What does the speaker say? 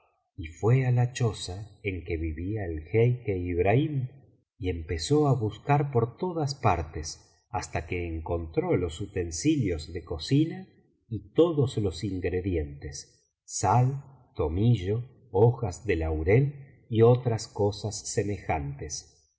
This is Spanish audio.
y fué á la choza en que vivía el jeique ibrahim y empezó á buscar por todas partes hasta que encontró los utensilios de cocina y todos los ingredientes sal tomillo hojas de laurel y otras cosas semejantes se